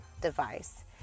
device